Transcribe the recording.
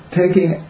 taking